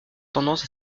tendance